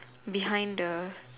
behind the